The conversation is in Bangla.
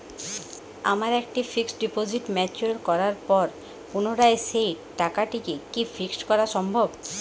আমার একটি ফিক্সড ডিপোজিট ম্যাচিওর করার পর পুনরায় সেই টাকাটিকে কি ফিক্সড করা সম্ভব?